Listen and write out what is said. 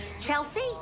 Chelsea